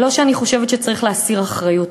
ולא שאני חושבת שצריך להסיר אחריות,